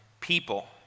People